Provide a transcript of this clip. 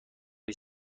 دسر